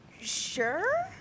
sure